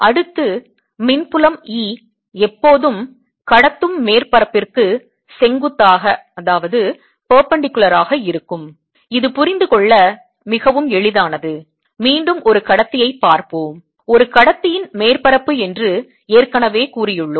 அடுத்து மின்புலம் E எப்போதும் கடத்தும் மேற்பரப்பிற்கு செங்குத்தாக இருக்கும் இது புரிந்து கொள்ள மிகவும் எளிதானது மீண்டும் ஒரு கடத்தியை பார்ப்போம் ஒரு கடத்தியின் மேற்பரப்பு என்று ஏற்கனவே கூறியுள்ளோம்